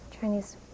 Chinese